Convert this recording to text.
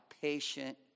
patient